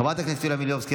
חברת הכנסת יוליה מלינובסקי,